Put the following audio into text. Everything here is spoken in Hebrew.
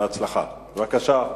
בבקשה.